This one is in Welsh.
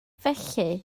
felly